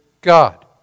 God